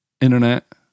internet